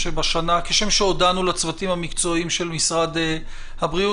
כשם שהודינו לצוותים המקצועיים של משרד הבריאות,